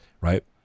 right